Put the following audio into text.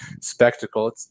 spectacle